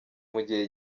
mugihe